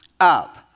up